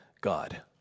God